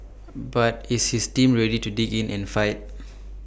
but is his team ready to dig in and fight